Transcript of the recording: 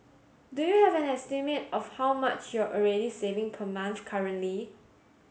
do you have an estimate of how much you're already saving per month currently